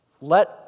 Let